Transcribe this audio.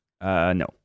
No